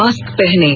mask पहनें